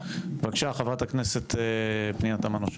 בבקשה, חברת הכנסת פנינה תמנו.